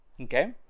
Okay